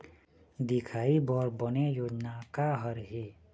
दिखाही बर बने योजना का हर हे?